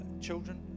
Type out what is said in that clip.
children